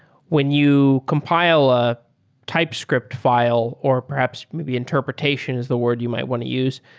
when you compile a typescript fi le or perhaps maybe interpretation is the word you might want to use.